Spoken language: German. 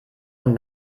von